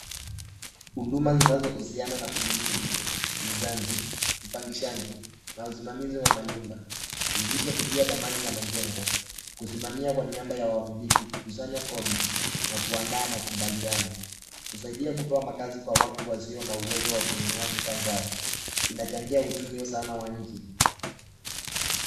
Huduma zinazohusiana na ununuzi, uuzaji, upangishaji na ununuzu wa manyumba. Uhusisha kujua dhamani ya majengo, kusimama kwa niaba ya wamiliki, kukusanya kodi na kuandaa makubaliano. Husaidia kuaandaa makazi kwa watu wasio na uweza wa kununua nyumba zao. Inachangia uchumi sana wa nchi.